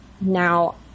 now